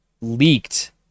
leaked